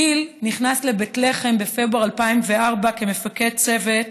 גיל נכנס לבית לחם בפברואר 2004 כמפקד צוות